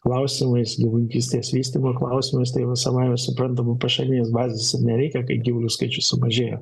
klausimais gyvulininkystės vystymo klausimas savaime suprantama pašarinės bazės ir nereikia kai gyvulių skaičius sumažėja